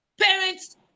parents